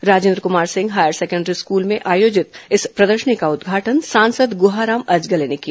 Rajendra Kumar Singh higher secondary school में आयोजित इस प्रदर्शनी का उदघाटन सांसद गहाराम अजगले ने किया